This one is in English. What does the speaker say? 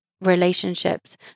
relationships